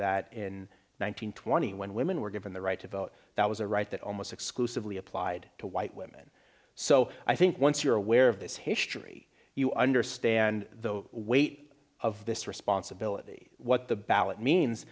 that in one hundred twenty when women were given the right to vote that was a right that almost exclusively applied to white women so i think once you're aware of this history you understand the weight of this responsibility what the ballot means